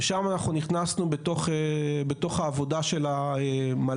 שם אנחנו נכנסנו בתוך העבודה של המל"ל,